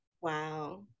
wow